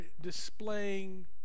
displaying